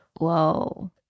whoa